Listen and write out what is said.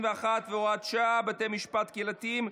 91 והוראת שעה) (בתי משפט קהילתיים),